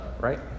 Right